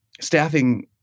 staffing